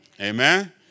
Amen